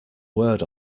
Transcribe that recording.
word